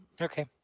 Okay